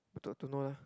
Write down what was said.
don't don't know lah